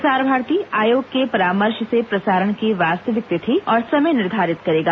प्रसार भारती आयोग के परामर्श से प्रसारण की वास्तविक तिथि और समय निर्धारित करेगा